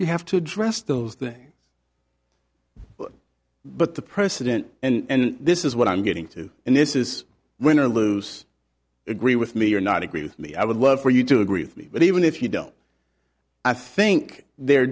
you have to address those things but the president and this is what i'm getting to and this is win or lose agree with me or not agree with me i would love for you to agree with me but even if you don't i think there